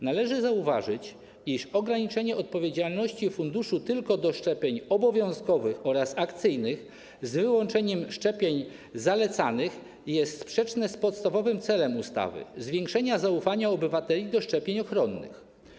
Należy zauważyć, iż ograniczenie odpowiedzialności funduszu tylko do przypadków dotyczących szczepień obowiązkowych oraz akcyjnych z wyłączeniem szczepień zalecanych jest sprzeczne z podstawowym celem ustawy, jakim jest zwiększenie zaufania obywateli do szczepień ochronnych.